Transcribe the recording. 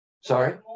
Sorry